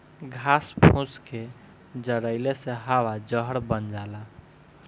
घास फूस के जरइले से हवा जहर बन जाला